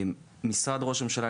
משרד ראש הממשלה,